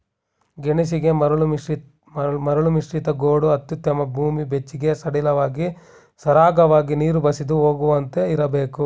ಗೆಣಸಿಗೆ ಮರಳುಮಿಶ್ರಿತ ಗೋಡು ಅತ್ಯುತ್ತಮ ಭೂಮಿ ಬೆಚ್ಚಗೂ ಸಡಿಲವಾಗಿ ಸರಾಗವಾಗಿ ನೀರು ಬಸಿದು ಹೋಗುವಂತೆ ಇರ್ಬೇಕು